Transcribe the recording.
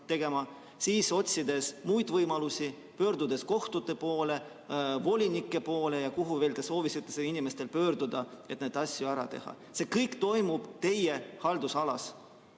otsides muid võimalusi, pöördudes kohtute poole, volinike poole või kuhu iganes te soovitasite inimestel pöörduda, et need asjad ära teha. See kõik toimub teie haldusalas,